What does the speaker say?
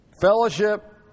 fellowship